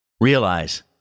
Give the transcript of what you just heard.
Realize